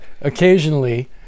occasionally